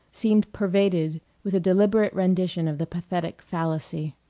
seemed pervaded with a deliberate rendition of the pathetic fallacy.